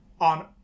on